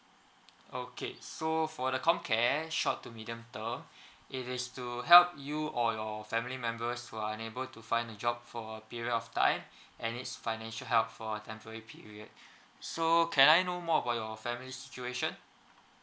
okay so for the comcare short to medium term it is to help you or your family members who are unable to find a job for a period of time and it's financial help for a temporary period so can I know more about your family situation